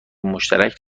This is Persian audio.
مشترک